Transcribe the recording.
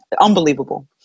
unbelievable